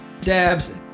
dabs